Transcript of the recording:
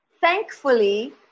thankfully